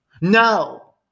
no